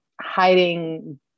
hiding